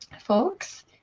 folks